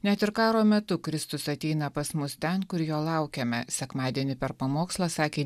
net ir karo metu kristus ateina pas mus ten kur jo laukiame sekmadienį per pamokslą sakė